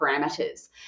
parameters